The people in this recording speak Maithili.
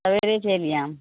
सवेरे चैलि आयब